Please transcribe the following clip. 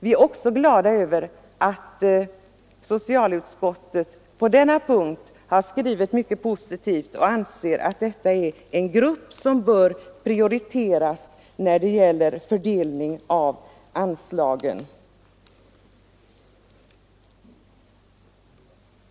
Vi är också glada över att socialutskottet på denna punkt har skrivit mycket positivt och anser att detta är en grupp som bör prioriteras när det gäller fördelning av anslagen.